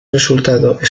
resultado